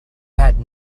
had